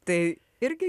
tai irgi